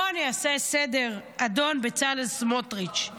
בוא אני אעשה סדר, אדון בצלאל סמוטריץ'.